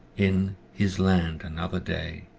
in his land another day.